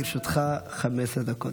בבקשה, לרשותך 15 דקות.